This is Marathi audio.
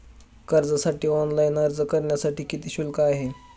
कर्जासाठी ऑनलाइन अर्ज करण्यासाठी किती शुल्क आहे?